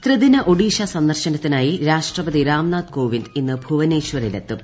ത്രിദിന ഒഡീഷ സന്ദർശനത്തിനായി രാഷ്ട്രപതി രാംനാഥ് കോവിന്ദ് ഇന്ന് ഭൂവനേശ്വറിൽ എത്തും